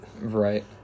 Right